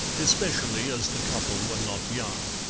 especially as the couple were not young.